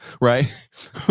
Right